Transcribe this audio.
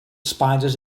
spiders